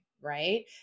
Right